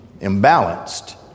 imbalanced